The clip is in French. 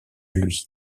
lui